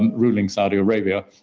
um ruling saudi arabia,